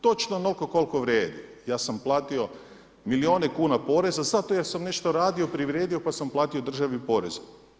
Točno onoliko koliko vrijedi, ja sam platio milijune kuna poreza, zato jer sam nešto radio, privrijedio pa sam platio državi porez.